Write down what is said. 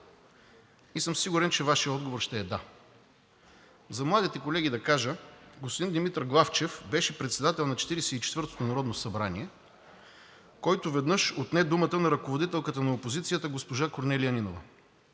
И съм сигурен, че Вашият отговор ще е да. За младите колеги да кажа, господин Димитър Главчев беше председател на Четиридесет и четвъртото народно събрание, който веднъж отне думата на ръководителката на опозицията госпожа Корнелия Нинова.